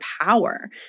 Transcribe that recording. power